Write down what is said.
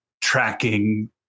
tracking